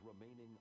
remaining